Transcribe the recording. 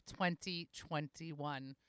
2021